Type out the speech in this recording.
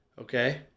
Okay